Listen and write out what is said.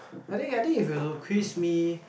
I think I think if you quiz me